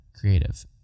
creative